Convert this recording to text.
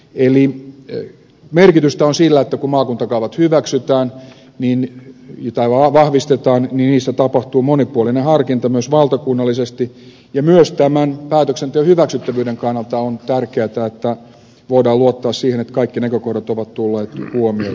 eli merkitystä on sillä että kun maakuntakaavat vahvistetaan niissä tapahtuu monipuolinen harkinta myös valtakunnallisesti ja myös tämän päätöksenteon hyväksyttävyyden kannalta on tärkeätä että voidaan luottaa siihen että kaikki näkökohdat ovat tulleet huomioiduiksi